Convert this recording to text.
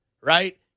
right